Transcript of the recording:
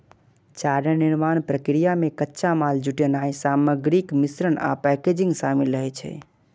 चारा निर्माण प्रक्रिया मे कच्चा माल जुटेनाय, सामग्रीक मिश्रण आ पैकेजिंग शामिल रहै छै